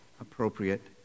appropriate